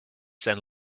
send